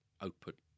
output